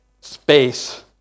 space